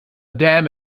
dam